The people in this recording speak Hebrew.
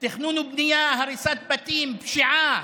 תכנון ובנייה, הריסת בתים, פשיעה,